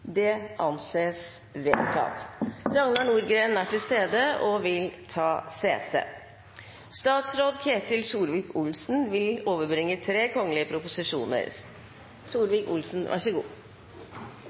Det anses vedtatt. Ragnar Nordgreen er til stede og vil ta sete. Ingen har bedt om ordet. Etter ønske fra energi- og miljøkomiteen vil